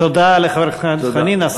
תודה לחבר הכנסת חנין.